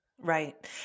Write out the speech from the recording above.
Right